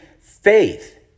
faith